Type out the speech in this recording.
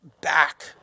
back